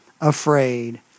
afraid